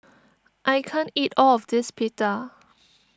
I can't eat all of this Pita